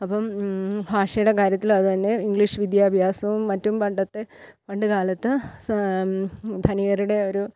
അപ്പം ഭാഷയുടെ കാര്യത്തിലും അതുതന്നെ ഇംഗ്ലീഷ് വിദ്യാഭ്യാസവും മറ്റും പണ്ടത്തെ പണ്ടു കാലത്ത് സ ധനികരുടെ ഒരു